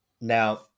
now